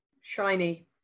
shiny